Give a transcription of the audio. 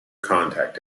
contact